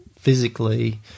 physically